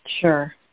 Sure